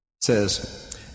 says